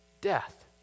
Death